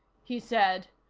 he said.